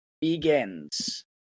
begins